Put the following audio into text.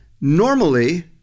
Normally